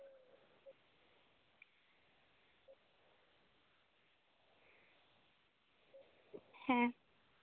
ᱦᱮᱸ